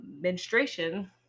menstruation